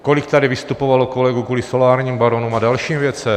Kolik tady vystupovalo kolegů kvůli solárním baronům a dalším věcem.